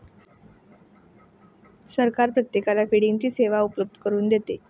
सरकार प्रत्येकाला फंडिंगची सेवा उपलब्ध करून देतं